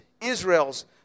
Israel's